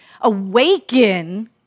awaken